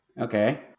Okay